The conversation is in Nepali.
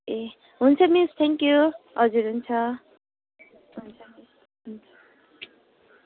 ए हुन्छ मिस थ्याङ्क्यु हजुर हुन्छ हुन्छ हुन्छ